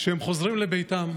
כשהם חוזרים לביתם,